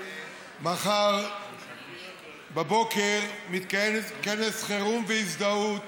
מחר בבוקר מתקיים כנס חירום והזדהות